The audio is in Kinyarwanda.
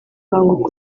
banguka